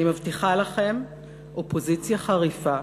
אני מבטיחה לכם אופוזיציה חריפה,